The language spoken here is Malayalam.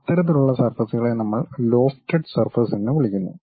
അത്തരത്തിലുള്ള സർഫസ്കളെ നമ്മൾ ലോഫ്റ്റഡ് സർഫസ് എന്ന് വിളിക്കുന്നു